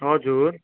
हजुर